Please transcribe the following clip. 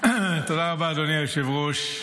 --- תודה רבה, אדוני היושב-ראש.